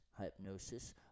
hypnosis